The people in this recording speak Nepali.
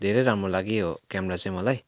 धेरै राम्रो लाग्यो यो क्यामरा चाहिँ मलाई